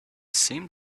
seemed